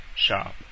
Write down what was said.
Shop